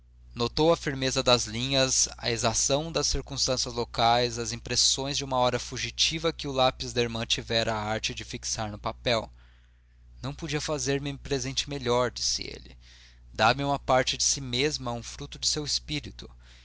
notou a firmeza das linhas a exação das circunstâncias locais as impressões de uma hora fugitiva que o lápis da irmã tivera a arte de fixar no papel não podia fazer-me presente melhor disse ele dá-me uma parte de si mesma um fruto de seu espírito